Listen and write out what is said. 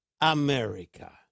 America